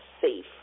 safe